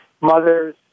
mothers